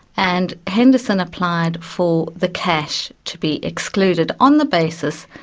and henderson applied for the cash to be excluded on the basis,